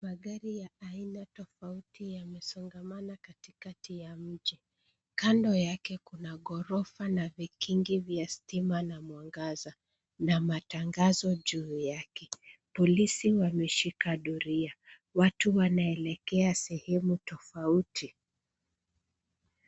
Magari ya aina tofauti yamesongamana katikati ya mji. Kando yake kuna ghorofa na vikingi vya stima na mwangaza, na matangazo juu yake. Polisi wameshika doria. Watu wanaelekea sehemu tofauti.